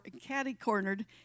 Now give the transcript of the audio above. catty-cornered